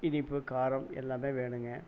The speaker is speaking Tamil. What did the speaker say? இனிப்பு காரம் எல்லாமே வேணுங்க